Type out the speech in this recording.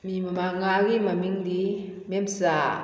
ꯃꯤ ꯃꯉꯥꯒꯤ ꯃꯃꯤꯡꯗꯤ ꯃꯦꯝꯆꯥ